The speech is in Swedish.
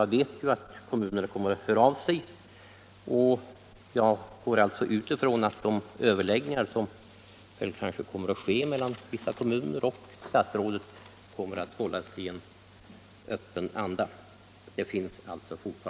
Jag vet att kommunerna kommer att höra av sig, och jag utgår ifrån att de över